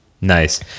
Nice